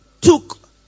took